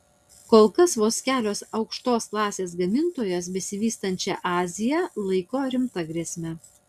kol kas vos kelios aukštos klasės gamintojos besivystančią aziją laiko rimta grėsme